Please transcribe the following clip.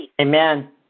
Amen